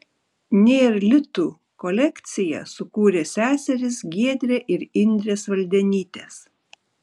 nėr litų kolekciją sukūrė seserys giedrė ir indrė svaldenytės